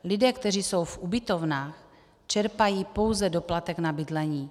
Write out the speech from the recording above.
Lidé, kteří jsou v ubytovnách, čerpají pouze doplatek na bydlení.